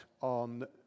on